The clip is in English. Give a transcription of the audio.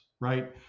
right